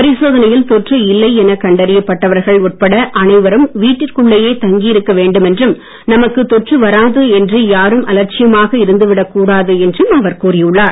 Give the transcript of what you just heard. பரிசோதனையில் தொற்று இல்லை என கண்டறியப்பட்டவர்கள் உட்பட அனைவரும் வீட்டிற்குள்ளேயே தங்கியிருக்க வேண்டும் என்றும் நமக்கு தொற்று வராது என்று யாரும் அலட்சியமாக இருந்து விடக் கூடாது என்று அவர் கூறியுள்ளார்